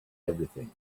everything